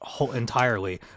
entirely